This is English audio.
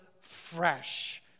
fresh